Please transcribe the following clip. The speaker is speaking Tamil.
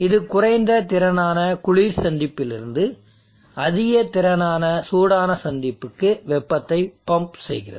இது குறைந்த திறனான குளிர் சந்திப்பிலிருந்து அதிக திறனான சூடான சந்திப்புக்கு வெப்பத்தை பம்ப் செய்கிறது